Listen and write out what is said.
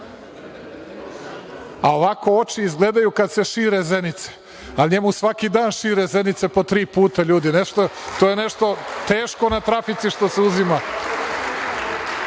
A, ovako oči izgledaju kada se šire zenice, ali njemu svaki dan šire zenice po tri puta, ljudi, to je nešto teško na trafici što se uzima. Dakle,